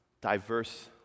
diverse